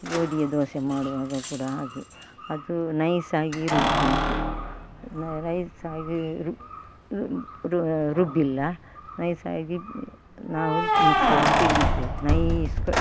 ಗೋಧಿಯ ದೋಸೆ ಮಾಡುವಾಗ ಕೂಡ ಹಾಗೆ ಅದು ನೈಸ್ ಆಗಿ ರುಬ್ಬಬೇಕು ನೈಸ್ ಆಗಿ ರುಬ್ಬಿಲ್ಲ ನೈಸ್ ಆಗಿ ನಾವು ಮಿಕ್ಸಿಯಲ್ಲಿ ತಿರುಗಿಸಬೇಕು ನೈಸ್